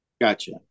Gotcha